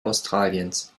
australiens